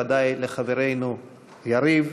ודאי לחברנו יריב.